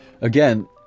Again